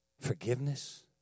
forgiveness